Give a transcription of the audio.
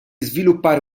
sviluppare